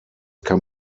kann